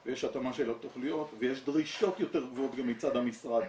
באוכלוסייה ויש התאמה של התכניות ויש דרישות יותר גבוהות גם מצד המשרד.